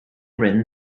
written